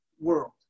world